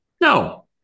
No